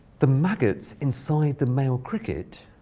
the maggots inside the male cricket.